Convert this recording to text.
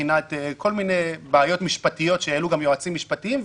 כל מיני בעיות משפטיות שהעלו גם יועצים משפטיים,